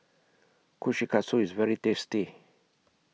Kushikatsu IS very tasty